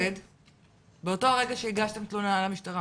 באותו רגע שהגשתם תלונה למשטרה,